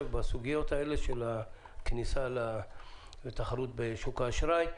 בסוגיית הכניסה לתחרות בשוק האשראי.